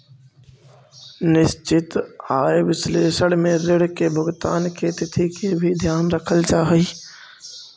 निश्चित आय विश्लेषण में ऋण के भुगतान के तिथि के भी ध्यान रखल जा हई